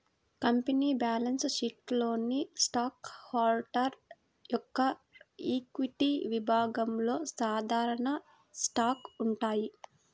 company balance షీట్లోని stock holder యొక్క equity విభాగంలో సాధారణ స్టాక్స్ ఉంటాయి